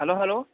hello hello